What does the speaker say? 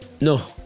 No